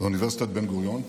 באוניברסיטת בן-גוריון,